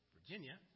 Virginia